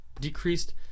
decreased